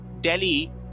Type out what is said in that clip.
Delhi